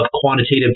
quantitative